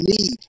need